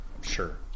Sure